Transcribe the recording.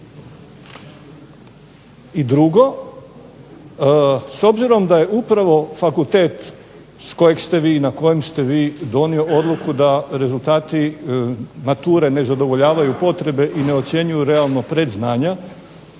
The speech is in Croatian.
I drugo, s obzirom da je upravo fakultet s kojeg ste vi na kojem ste vi donio odluku da rezultati mature ne zadovoljavaju potrebe i ne ocjenjuju realno predznanja,